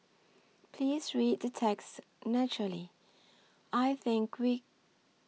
please read the text naturally I think we